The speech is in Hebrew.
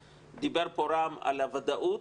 דיבר פה רם על הוודאות,